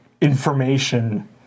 information